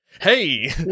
hey